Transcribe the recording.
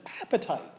appetite